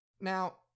Now